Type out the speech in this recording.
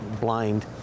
blind